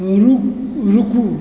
रुकू